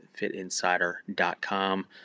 fitinsider.com